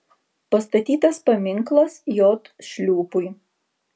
pastatytas paminklas j šliūpui